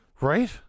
right